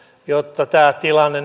jotta tämä tilanne